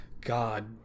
God